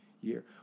year